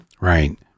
right